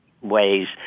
ways